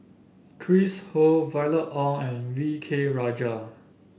Chris Ho Violet Oon and V K Rajah